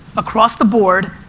across the board,